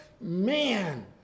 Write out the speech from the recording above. man